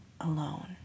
alone